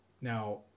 now